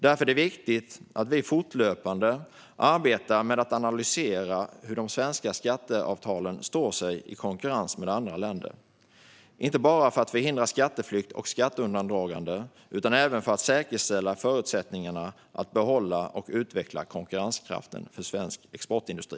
Därför är det viktigt att vi fortlöpande arbetar med att analysera hur de svenska skatteavtalen står sig i konkurrens med andra länder, inte bara för att förhindra skatteflykt och skatteundandragande utan även för att säkerställa förutsättningarna för att behålla och utveckla konkurrenskraften för svensk exportindustri.